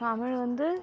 தமிழ் வந்து